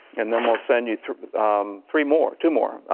and then we'll send you three three more, two more,